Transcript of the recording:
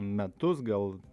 metus gal